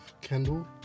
Kendall